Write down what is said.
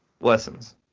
lessons